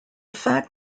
fact